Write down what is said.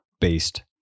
based